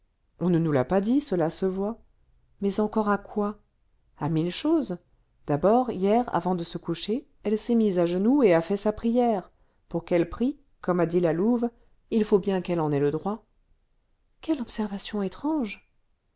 on ne nous l'a pas dit cela se voit mais encore à quoi à mille choses d'abord hier avant de se coucher elle s'est mise à genoux et a fait sa prière pour qu'elle prie comme a dit la louve il faut bien qu'elle en ait le droit quelle observation étrange